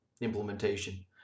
implementation